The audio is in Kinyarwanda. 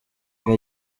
ngo